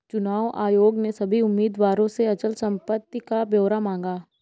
चुनाव आयोग ने सभी उम्मीदवारों से अचल संपत्ति का ब्यौरा मांगा